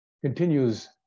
continues